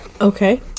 Okay